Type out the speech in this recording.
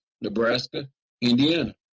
Nebraska-Indiana